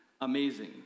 amazing